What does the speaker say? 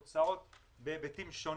על הוצאות בהיבטים שונים,